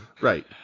Right